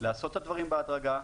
לעשות את הדברים בהדרגה,